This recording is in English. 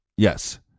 Yes